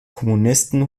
kommunisten